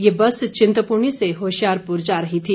ये बस चिंतपूर्णी से होशियारपुर जा रही थी